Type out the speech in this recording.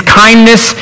kindness